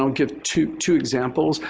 um give two two examples.